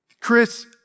Chris